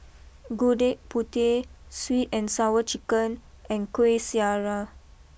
Gudeg Putih sweet and Sour Chicken and Kueh Syara